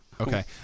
Okay